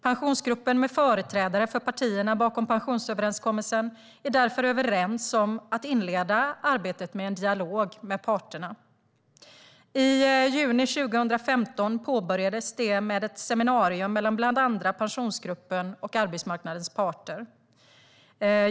Pensionsgruppen, med företrädare för partierna bakom pensionsöverenskommelsen, är därför överens om att inleda arbetet med en dialog med parterna. I juni 2015 påbörjades det med ett seminarium med bland andra Pensionsgruppen och arbetsmarknadens parter.